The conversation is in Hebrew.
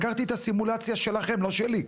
לקחתי את הסימולציה שלכם, לא שלי.